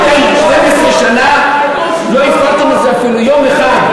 אתם 12 שנה לא הפעלתם את זה אפילו יום אחד.